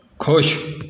ਖੁਸ਼